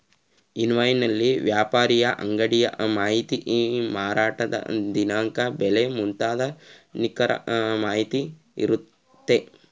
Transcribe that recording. invoice ನಲ್ಲಿ ವ್ಯಾಪಾರಿಯ ಅಂಗಡಿಯ ಮಾಹಿತಿ, ಮಾರಾಟದ ದಿನಾಂಕ, ಬೆಲೆ ಮುಂತಾದ ನಿಖರ ಮಾಹಿತಿ ಇರುತ್ತೆ